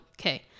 okay